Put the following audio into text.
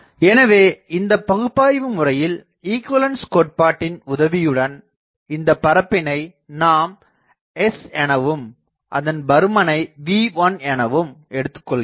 எனவே இந்தப் பகுப்பாய்வு முறையில் ஈகுவலன்ஸ் கோட்பாட்டின் உதவியுடன் இந்தப் பரப்பினை நாம் S எனவும் அதன் பருமனை V1 எனவும் எடுத்துக் கொள்கிறோம்